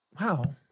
wow